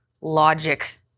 logic